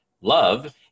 love